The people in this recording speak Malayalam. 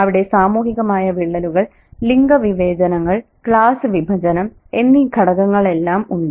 അവിടെ സാമൂഹികമായ വിള്ളലുകൾ ലിംഗ വിവേചനങ്ങൾ ക്ലാസ് വിഭജനം എന്നീ ഘടകങ്ങളെല്ലാം ഉണ്ട്